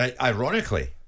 ironically